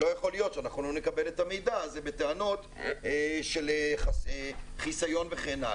לא יכול להיות שאנחנו לא נקבל אתה מידע הזה בטענות של חיסיון וכן הלאה.